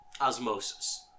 Osmosis